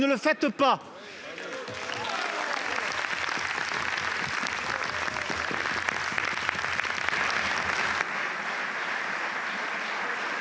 ne le faites pas